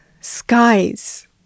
skies